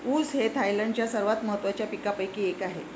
ऊस हे थायलंडच्या सर्वात महत्त्वाच्या पिकांपैकी एक आहे